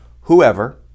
Whoever